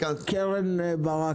קרן ברק